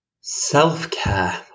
self-care